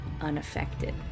unaffected